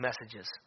messages